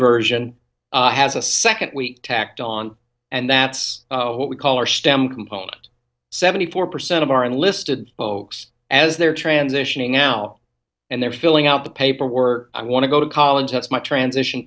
version has a second week tacked on and that's what we call our stem component seventy four percent of our enlisted folks as they're transitioning out and they're filling out the paper or i want to go to college that's my transition